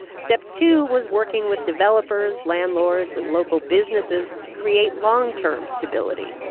step two was working with developers, landlords and local businesses to create long-term stability.